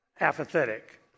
apathetic